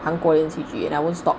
韩国连续剧 and I won't stop